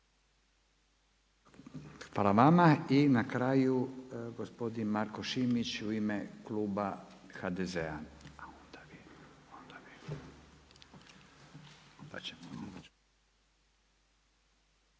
Hvala vama. I na kraju, gospodin Marko Šimić, u ime Kluba HDZ-a.